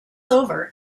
over